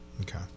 Okay